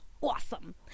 awesome